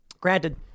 Granted